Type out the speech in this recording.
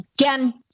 again